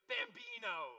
Bambino